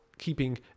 keeping